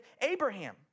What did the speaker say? Abraham